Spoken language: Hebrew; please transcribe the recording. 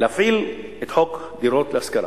להפעיל את חוק הדירות להשכרה.